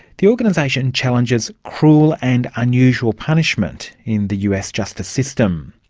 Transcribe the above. the organisation challenges cruel and unusual punishment in the us justice system.